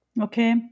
Okay